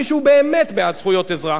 מי שהוא באמת בעד זכויות אזרח.